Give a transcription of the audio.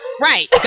right